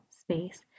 space